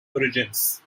origins